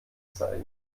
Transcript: zeigen